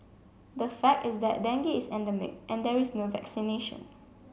the fact is that dengue is endemic and there is no vaccination